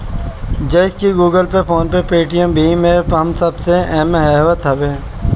जइसे की Google Pay, PhonePe, Paytm भीम एप्प इस सब एमे आवत हवे